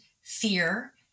fear